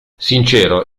sincero